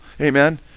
Amen